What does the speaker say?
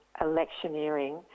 electioneering